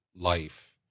life